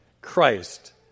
Christ